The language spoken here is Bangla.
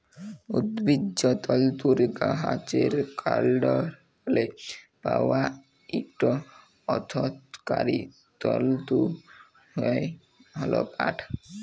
উদ্ভিজ্জ তলতুর গাহাচের কাল্ডলে পাউয়া ইকট অথ্থকারি তলতু হ্যল পাট